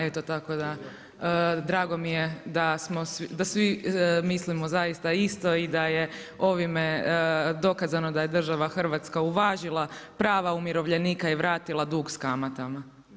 Eto tako da, drago mi je da svi mislimo zaista isto i da je ovime dokazano da je država Hrvatska uvažila prama umirovljenika i vratila dug s kamatama.